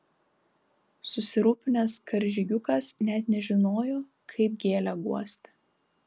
susirūpinęs karžygiukas net nežinojo kaip gėlę guosti